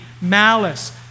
malice